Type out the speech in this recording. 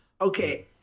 Okay